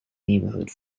neighborhood